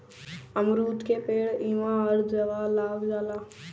अमरूद के पेड़ इहवां हर जगह लाग जाला